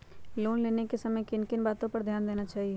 Loan लेने के समय किन किन वातो पर ध्यान देना चाहिए?